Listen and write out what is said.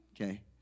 okay